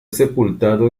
sepultado